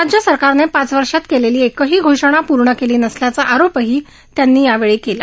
राज्य सरकारनं पाच वर्षांत केलेली एकही घोषणा पूर्ण केली नसल्याचा आरोपही त्यांनी यावेळी केला